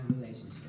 relationship